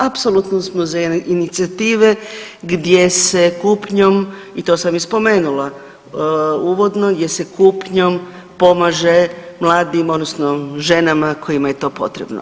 Apsolutno smo za inicijative gdje se kupnjom, i to sam i spomenula, uvodno, gdje se kupnjom pomaže mladim, odnosno ženama kojima je to potrebno.